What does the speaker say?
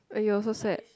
!aiyo! so sad